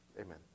amen